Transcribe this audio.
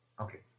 Okay